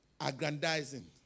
aggrandizing